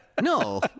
No